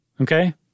Okay